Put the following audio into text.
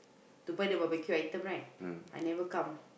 to buy the barbecue item right I never come